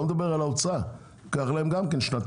אני לא מדבר על ההוצאה ייקח להם שנה-שנתיים.